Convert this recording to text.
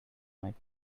might